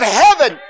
heaven